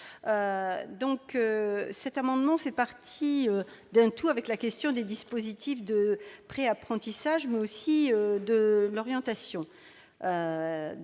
213. Cet amendement fait partie d'un tout où figure la question des dispositifs de préapprentissage, mais aussi celle de l'orientation.